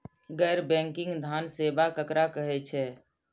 गैर बैंकिंग धान सेवा केकरा कहे छे?